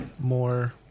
more